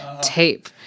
tape